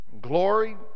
glory